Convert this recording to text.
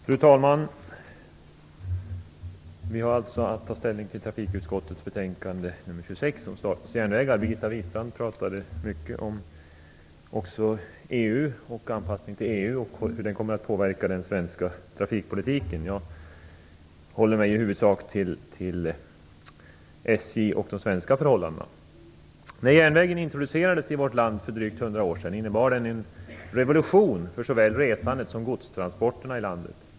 Fru talman! Vi har alltså att ta ställning till trafikutskottets betänkande nr 26 om Statens järnvägar. Birgitta Wistrand talade mycket om anpassningen till EU och hur den kommer att påverka den svenska trafikpolitiken. Jag håller mig i huvudsak till SJ och de svenska förhållandena. När järnvägen introducerades i vårt land för drygt 100 år sedan innebar den en revolution för såväl resandet som godstransporterna i landet.